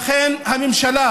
הממשלה,